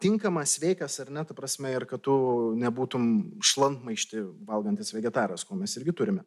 tinkamas sveikas ar ne ta prasme kad tu nebūtumei šlantmaištį valgantis vegetaras ko mes irgi turime